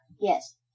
Yes